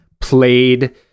played